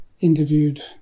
interviewed